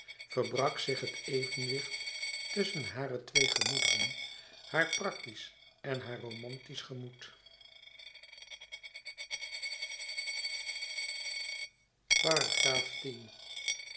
verbrak zich het evenwicht tusschen hare twee gemoederen haar practisch en haar romantisch gemoed